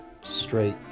straight